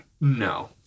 No